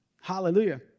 Hallelujah